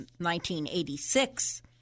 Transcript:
1986